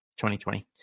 2020